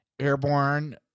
airborne